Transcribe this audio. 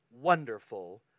wonderful